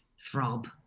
throb